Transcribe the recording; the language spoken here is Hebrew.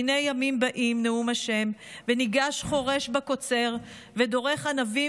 "הנה ימים באים נאם ה' ונִגש חורש בקֹּצר ודֹרך ענבים